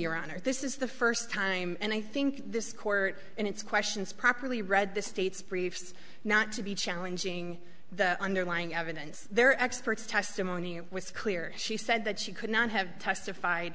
your honor this is the first time and i think this court in its questions properly read the state's briefs not to be challenging the underlying evidence their experts testimony it was clear she said that she could not have testified